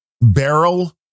barrel